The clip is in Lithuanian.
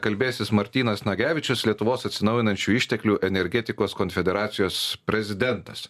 kalbėsis martynas nagevičius lietuvos atsinaujinančių išteklių energetikos konfederacijos prezidentas